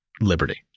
liberty